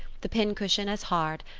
the pincushion as hard,